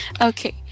Okay